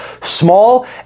small